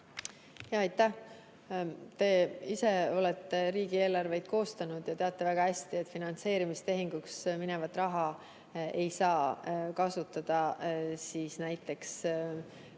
Aitäh! Te olete ise riigieelarveid koostanud ja teate väga hästi, et finantseerimistehinguks minevat raha ei saa kasutada näiteks